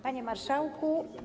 Panie Marszałku!